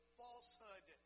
falsehood